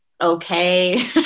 Okay